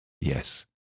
yes